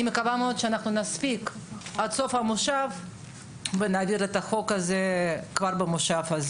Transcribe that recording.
אני מאוד מקווה שנספיק להעביר את החוק הזה עד סוף המושב.